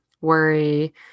worry